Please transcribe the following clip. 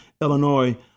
Illinois